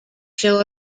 show